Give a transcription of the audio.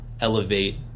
elevate